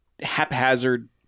haphazard